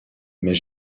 mais